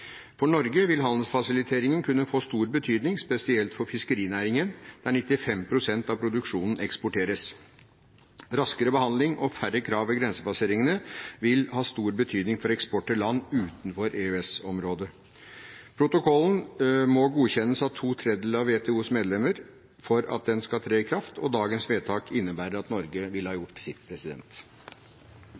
For Norge vil handelsfasilitering kunne få stor betydning, spesielt for fiskerinæringen, der 95 pst. av produksjonen eksporteres. Raskere behandling og færre krav ved grensepasseringene vil ha stor betydning for eksport til land utenfor EØS-området. Protokollen må godkjennes av to tredjedeler av WTOs medlemmer for at den skal tre i kraft. Dagens vedtak innebærer at Norge vil ha gjort sitt.